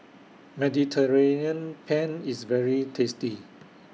Mediterranean Penne IS very tasty